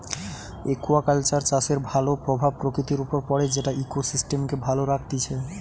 aquaculture চাষের ভাল প্রভাব প্রকৃতির উপর পড়ে যেটা ইকোসিস্টেমকে ভালো রাখতিছে